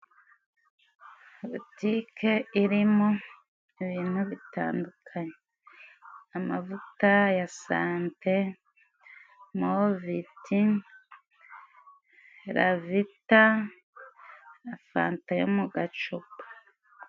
Butike iri mo ibintu bitandukanye. Amavuta ya sante, moviti, ravita na fanta yo mu gacupa.